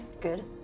Good